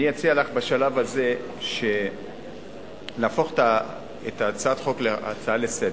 אני אציע לך בשלב הזה להפוך את הצעת החוק להצעה לסדר-היום.